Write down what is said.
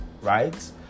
right